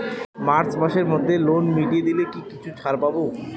March মাসের মধ্যে loan মিটিয়ে দিলে কি কিছু ছাড় পাব?